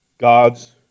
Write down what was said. God's